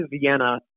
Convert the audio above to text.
Vienna